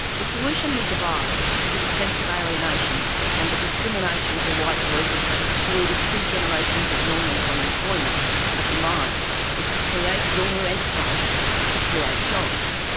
the solution he devised to the sense of alienation and the discrimination of the white workers that excluded two generations of yolngu from employment at the mine was to create yolngu enterprises to create jobs.